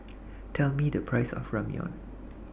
Tell Me The Price of Ramyeon